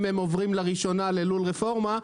אם הם עוברים לראשונה ללול רפורמה,